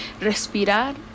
respirar